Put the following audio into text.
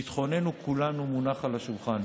ביטחוננו כולנו מונח על השולחן.